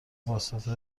واسطه